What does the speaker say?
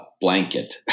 blanket